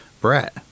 Brett